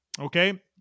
Okay